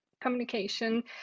communication